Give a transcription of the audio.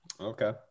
Okay